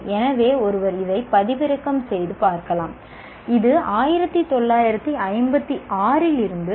எனவே ஒருவர் இதை பதிவிறக்கம் செய்து பார்க்கலாம் இது 1956 இல் இருந்தது